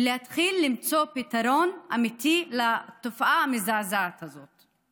ולהתחיל למצוא פתרון אמיתי לתופעה המזעזעת הזאת.